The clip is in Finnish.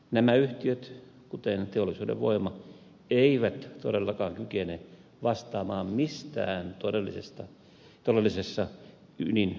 nämä yhtiöt kuten teollisuuden voima eivät todellakaan kykene vastaamaan mistään todellisessa ydinvahinkotilanteessa